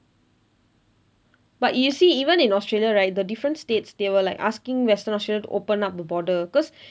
but if you see even in australia right the different states they were like asking western australia to open up the border cause